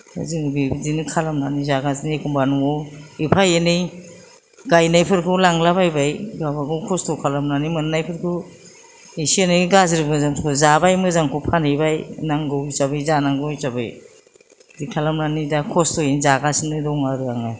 जों बेबादिनो खालामनानै जागासिनो एखम्बा नआव एफा एनै गायनायफोरखौ लांलाबायबाय गावबा गाव खस्त' खालामनानै मोन्नायफोरखौ इसे एनै गाज्रि मोजांखौ जाबाय मोजांखौ फानहैबाय नांगौ हिसाबै जानांगौ हिसाबै बिदि खालामनानै दा खस्त'यैनो जागासिनो दं आरो आङो